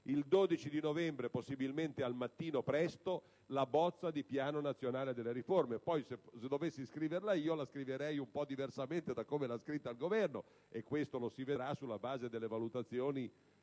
il 12 novembre, possibilmente al mattino presto, la bozza di Programma nazionale di riforma. Se poi dovessi scriverla io, la scriverei diversamente da come l'ha scritta il Governo, e questo lo si vedrà sulla base delle valutazioni